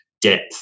depth